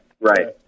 right